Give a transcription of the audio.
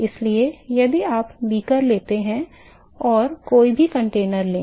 इसलिए यदि आप बीकर लेते हैं तो कोई भी कंटेनर लें